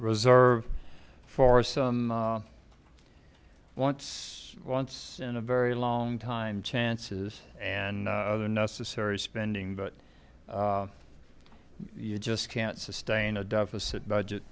reserve for some once once in a very long time chances and other necessary spending but you just can't sustain a deficit budget